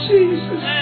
Jesus